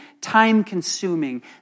time-consuming